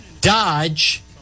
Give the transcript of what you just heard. Dodge